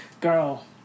girl